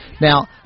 Now